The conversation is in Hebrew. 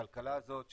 הכלכלה הזאת,